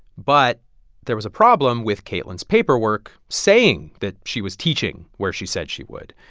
but there was a problem with kaitlyn's paperwork saying that she was teaching where she said she would.